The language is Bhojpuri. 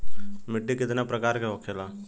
मिट्टी कितना प्रकार के होखेला?